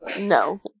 no